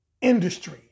industry